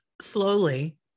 slowly